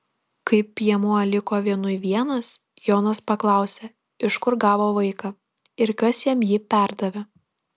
kai piemuo liko vienui vienas jonas paklausė iš kur gavo vaiką ir kas jam jį perdavė